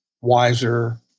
wiser